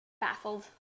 Baffled